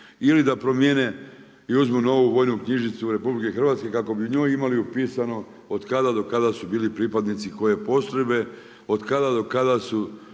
ili da promijene i uzmu novi vojnu knjižicu RH kako bi u njoj imali upisano od kada do kada su bili pripadnici koje postrojbe, od kada do kada su